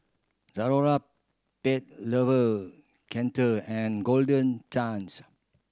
Zalora Pet Lover and Golden Chance